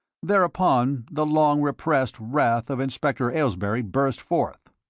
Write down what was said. thereupon the long-repressed wrath of inspector aylesbury burst forth.